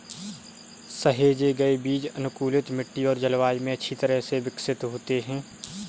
सहेजे गए बीज अनुकूलित मिट्टी और जलवायु में अच्छी तरह से विकसित होते हैं